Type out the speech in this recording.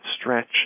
stretch